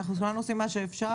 אנחנו כולנו עושים מה שאפשר,